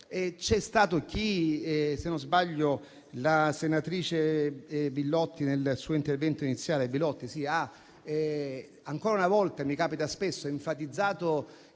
C'è stato chi, se non sbaglio la senatrice Bilotti nel suo intervento iniziale, ancora una volta ha - come capita spesso - enfatizzato